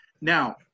Now